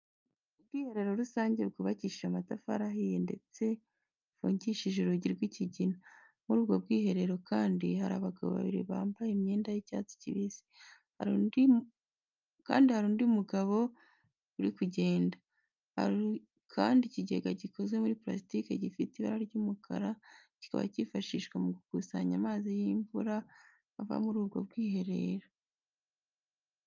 Ubwiherero rusange bwubakishije amatafari ahiye ndetse bufungishije urugi rw'ikigina. Muri ubwo bwiherero kandi hari abagabo babili bambaye imyenda y'icyatsi kibisi, hari kandi undi mugabo uri kugenda. Hari kandi ikigega gikozwe muri pulasike gifite ibara ry'umukara, kikaba kifashishwa mu gukusanya amazi y'imvura ava kuri ubwo bwiherero.